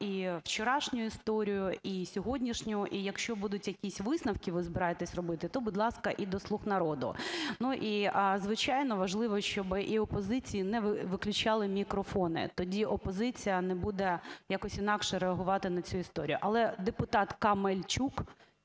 і вчорашню історію, і сьогоднішню. І якщо будуть якісь висновки, ви збираєтесь робити, будь ласка, і до "слуг народу". Ну, і звичайно, важливо щоби і опозиції не виключали мікрофони, тоді опозиція не буде якось інакше реагувати на цю історію. Але депутат Камельчук